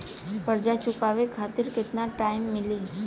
कर्जा चुकावे खातिर केतना टाइम मिली?